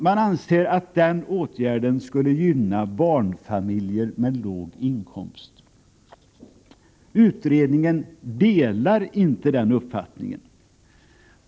Man anser att en sådan åtgärd skulle gynna barnfamiljer med låg inkomst. Utredningen delar inte den uppfattningen.